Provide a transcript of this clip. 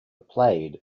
played